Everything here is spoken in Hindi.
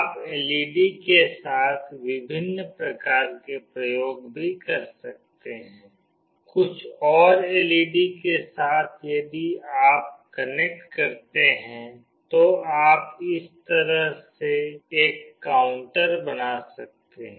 आप एलईडी के साथ विभिन्न प्रकार के प्रयोग भी कर सकते हैं कुछ और एलईडी के साथ यदि आप कनेक्ट करते हैं तो आप इस तरह से एक काउंटर बना सकते हैं